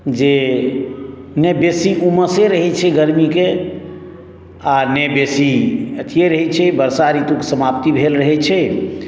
जे ने बेसी उमसे रहै छै गर्मीके आओर ने बेसी अथिये रहै छै वर्षा ऋतूक समाप्ति भेल रहै छै